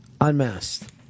Unmasked